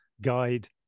Guide